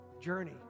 journey